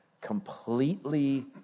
completely